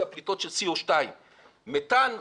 אלה הפליטות של Co2. מתאן,